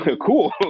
cool